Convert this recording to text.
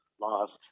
lost